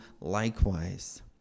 likewise